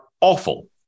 awful